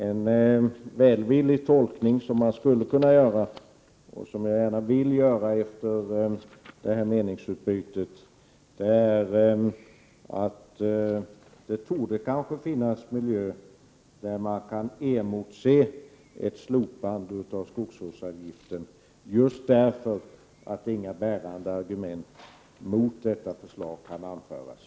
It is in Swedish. En välvillig tolkning som man skulle kunna göra och som jag gärna vill göra efter detta meningsutbyte är att vi kanske kan emotse ett slopande av skogsvårdsavgiften just därför att inga bärande argument mot detta förslag kan anföras.